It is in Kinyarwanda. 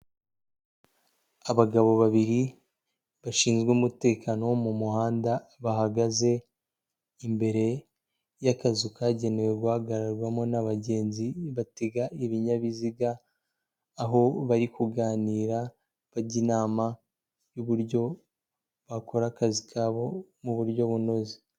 Abagabo babiri bashinzwe umutekano wo mu muhanda, bahagaze imbere y'akazu kagenewe guhagararwamo n'abagenzi batega ibinyabiziga, aho bari kuganira bajya inama y'uburyo bakora akazi kabo mu buryo bunoze.